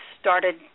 started